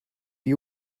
you